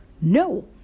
No